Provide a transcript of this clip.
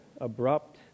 abrupt